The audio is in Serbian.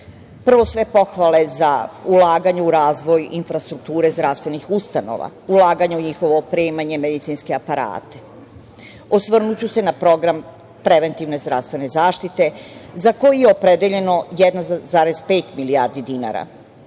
Prvo, sve pohvale za ulaganja u razvoj infrastrukture zdravstvenih ustanova, ulaganje u njihovo opremanje, u medicinske aparate. Osvrnuću se i na program preventivne zdravstvene zaštite, za koji je opredeljena 1,5 milijardi dinara,